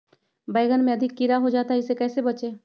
बैंगन में अधिक कीड़ा हो जाता हैं इससे कैसे बचे?